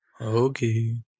Okay